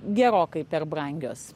gerokai per brangios